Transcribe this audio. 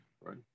right